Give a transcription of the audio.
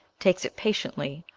takes it patiently,